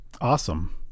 awesome